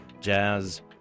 jazz